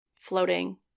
Floating